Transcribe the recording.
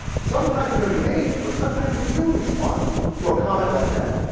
sometimes we don't do anything. but sometimes we do respond to a comment like that.